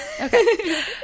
Okay